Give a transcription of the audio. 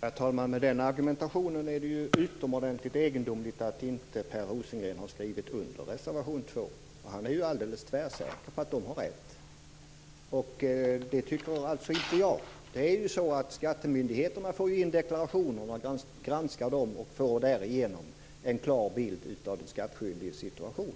Herr talman! Med den argumentationen är det utomordentligt egendomligt att inte Per Rosengren har skrivit under reservation 2. Han är ju alldeles tvärsäker på att reservanterna har rätt, och det tycker inte jag. Skattemyndigheterna får in deklarationerna och granskar dem. De får därigenom en klar bild av den skattskyldiges situation.